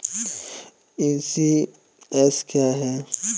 ECS क्या है?